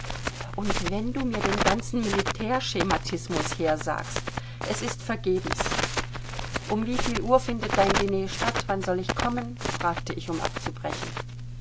und wenn du mir den ganzen militärschematismus hersagst es ist vergebens um wie viel uhr findet dein diner statt wann soll ich kommen fragte ich um abzubrechen